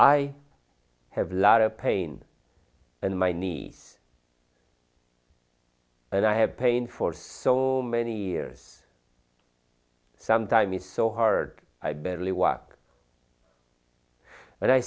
i have a lot of pain and my knees and i have pain for so many years some time is so hard i barely walk but i